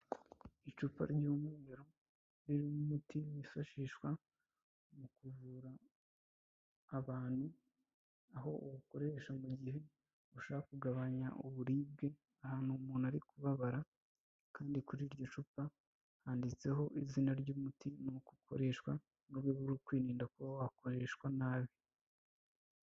Icupa ry'umweru ririmo umuti wifashishwa mu kuvura abantu, aho uwukoresha mu gihe ushaka kugabanya uburibwe ahantu umuntu ari kubabara, kandi kuri iryo cupa handitseho izina ry'umuti nuko ukoreshwa, mu rwego rwo kwirinda kuba wakoreshwa nabi.